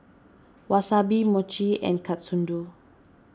Wasabi Mochi and Katsudon